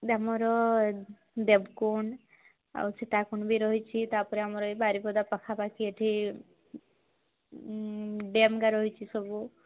ଏଠି ଆମର ଦେବକୁଣ୍ଡ ଆଉ ସେଇଟା କ'ଣ ବି ରହିଛି ତା'ପରେ ଆମର ବାରିପଦା ପାଖାପାଖି ଏଠି ଡ୍ୟାମ୍ ଗା ରହିଛି ସବୁ